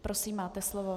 Prosím, máte slovo.